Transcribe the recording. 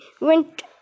went